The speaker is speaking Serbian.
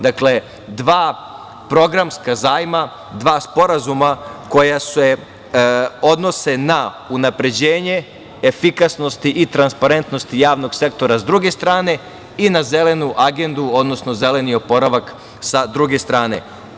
Dakle, dva programska zajma, dva sporazuma koja se odnose na unapređenje, efikasnost i transparentnost javnog sektora, s druge strane, i na Zelenu agendu, odnosno zeleni oporavak sa druge strane.